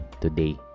today